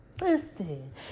Listen